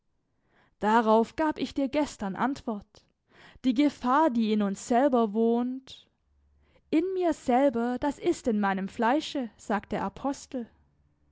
darauf gab ich dir gestern antwort die gefahr die in uns selber wohnt in mir selber das ist in meinem fleische sagt der apostel